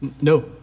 No